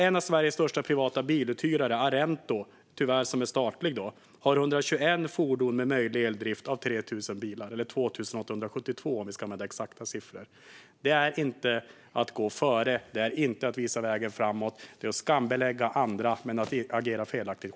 En av Sveriges största biluthyrare, tyvärr statlig, har 121 fordon med möjlig eldrift av 2 872 bilar, om vi ska använda exakta siffror. Det är inte att gå före. Det är inte att visa vägen framåt. Det är att skambelägga andra och själv agera felaktigt.